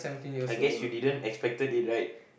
I guess you didn't expected it right